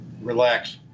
Relax